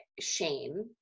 shame